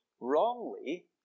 wrongly